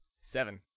Seven